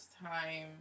time